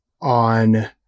on